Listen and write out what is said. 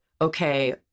okay